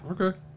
okay